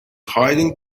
hiding